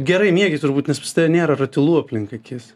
gerai miegi turbūt nes pas tave nėra ratilų aplink akis